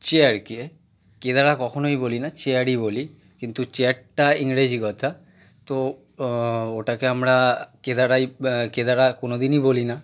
চেয়ারকে কেদারা কখনোই বলি না চেয়ারই বলি কিন্তু চেয়ারটা ইংরেজি কথা তো ওটাকে আমরা কেদারাই কেদারা কোনো দিনই বলি না